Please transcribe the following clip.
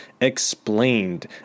Explained